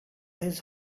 his